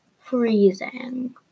freezing